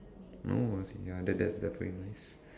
no as in ya that that's definitely nice